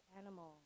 animal